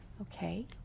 Okay